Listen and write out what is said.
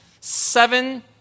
seven